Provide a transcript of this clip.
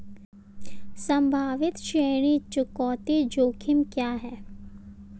संभावित ऋण चुकौती जोखिम क्या हैं?